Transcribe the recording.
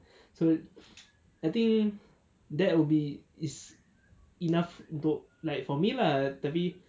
so I think that will be is enough untuk like for me lah tapi